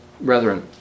brethren